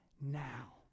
now